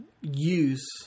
use